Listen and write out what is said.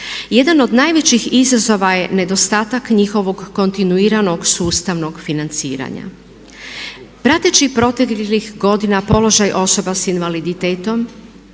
Jedan od najvećih izazova je nedostatak njihovog kontinuiranog sustavnog financiranja. Prateći proteklih godina položaj osoba s invaliditetom